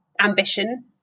ambition